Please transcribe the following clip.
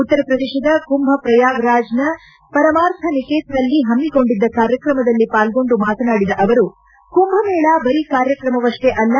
ಉತ್ತರ ಪ್ರದೇಶದ ಕುಂಭಪ್ರಯಾಗ್ರಾಜ್ನ ಪರಮಾರ್ಥ್ ನಿಕೇತನ್ನಲ್ಲಿ ಹಮ್ನಿಕೊಂಡಿದ್ದ ಕಾರ್ಯಕ್ರಮದಲ್ಲಿ ಪಾಲ್ಗೊಂಡು ಮಾತನಾಡಿದ ಅವರು ಕುಂಭಮೇಳ ಬರೀ ಕಾರ್ಯಕ್ರಮವಷ್ಷೇ ಅಲ್ಲ